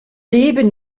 leben